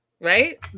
right